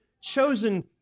chosen